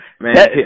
Man